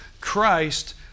Christ